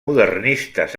modernistes